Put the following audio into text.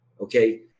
Okay